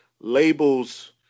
labels